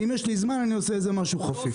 שאם יש להם זמן הם עושים איזה משהו חפיף.